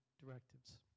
directives